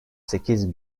sekiz